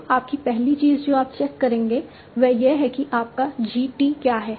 तो आपकी पहली चीज जो आप चेक करेंगे वह यह है कि आपका G t क्या है